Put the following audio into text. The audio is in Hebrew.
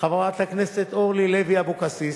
אורלי לוי אבקסיס,